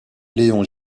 léon